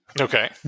Okay